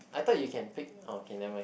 I thought you can pick okay never mind